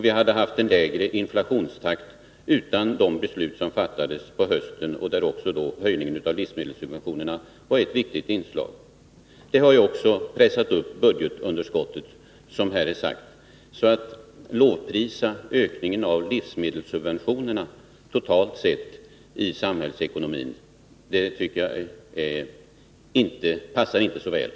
Vi hade haft en lägre inflationstakt utan det beslut som fattades på hösten 1982, där höjningen av livsmedelssubventionerna var ett viktigt inslag. Det har också, som här har sagts, pressat upp budgetunderskottet. Att lovprisa ökningen av livsmedelssubventionerna totalt sett i samhällsekonomin är därför inte motiverat.